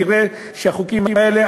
תראה שהחוקים האלה,